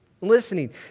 Listening